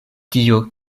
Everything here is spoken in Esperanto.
tio